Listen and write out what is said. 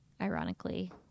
ironically